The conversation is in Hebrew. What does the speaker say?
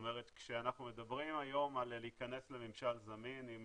כשאנחנו מדברים היום על להכנס לממשל זמין עם